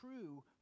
true